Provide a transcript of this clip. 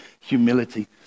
humility